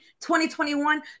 2021